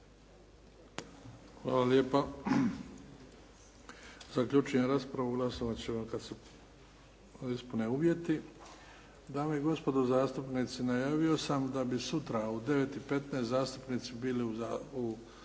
vala lijepa. HZaključujem raspravu. Glasovat ćemo kad se ispune uvjeti. Dame i gospodo zastupnici najavio sam da bi sutra u 9 i 15 zastupnici bili u